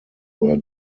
were